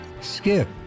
Skip